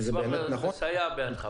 נשמח לסייע בידך.